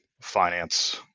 finance